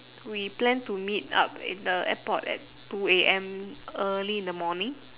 we planned to meet up at the airport at two A_M early in the morning